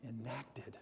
enacted